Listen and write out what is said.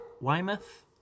Weymouth